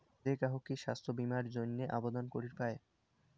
যে কাহো কি স্বাস্থ্য বীমা এর জইন্যে আবেদন করিবার পায়?